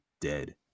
dead